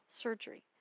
surgery